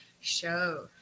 Show